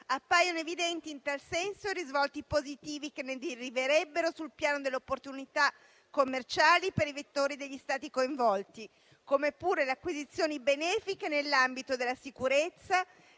Appaiono evidenti in tal senso i risvolti positivi che ne deriverebbero sul piano delle opportunità commerciali per i vettori degli Stati coinvolti, come pure le acquisizioni benefiche nell'ambito della sicurezza,